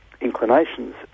inclinations